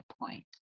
point